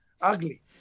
ugly